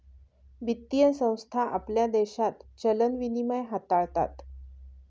वित्तीय संस्था आपल्या देशात चलन विनिमय हाताळतात